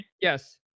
Yes